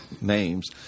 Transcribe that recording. names